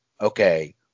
okay